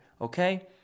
Okay